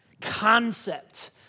concept